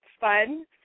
fun